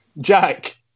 Jack